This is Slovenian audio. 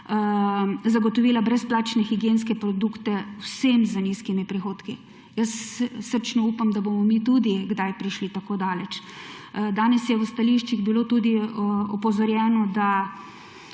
zagotovila brezplačne higienske produkte vsem z nizkimi prihodki. Jaz srčno upam, da bomo mi tudi kdaj prišli tako daleč. Danes je v stališčih bilo tudi opozorjeno, da